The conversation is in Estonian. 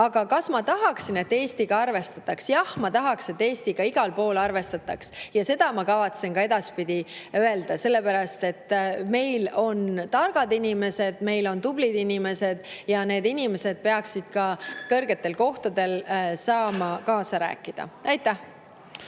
Aga kas ma tahaksin, et Eestiga arvestataks? Jah, ma tahaks, et Eestiga igal pool arvestataks. Seda kavatsen ma ka edaspidi öelda, sellepärast et meil on targad inimesed, meil on tublid inimesed ja need inimesed peaksid saama ka kõrgetel kohtadel kaasa rääkida. Küll